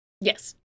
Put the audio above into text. Yes